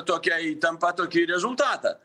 tokią įtampą tokį rezultatą